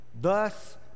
Thus